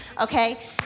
okay